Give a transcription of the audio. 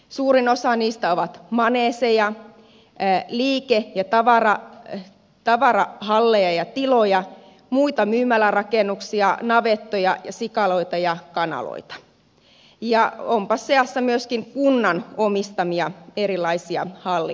suurin osa niistä on maneeseja liike ja tavarahalleja ja tiloja muita myymälärakennuksia navettoja sikaloita ja kanaloita onpa seassa myöskin kunnan omistamia erilaisia hallirakennuksia